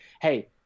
hey –